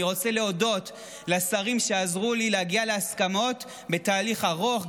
אני רוצה להודות לשרים שעזרו לי להגיע להסכמות בתהליך ארוך,